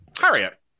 Harriet